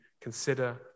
consider